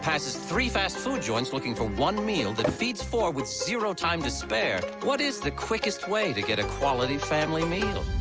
passes three fast food joints looking for one meal. that feeds four with zero time to spare. what is the quickest way to get a quality family meal?